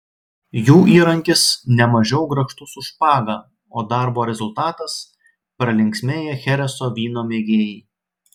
jų įrankis nemažiau grakštus už špagą o darbo rezultatas pralinksmėję chereso vyno mėgėjai